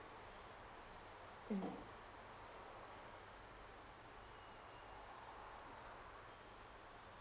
mm